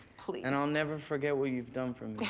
please. and i'll never forget what you've done for me. yeah,